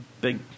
big